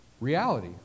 reality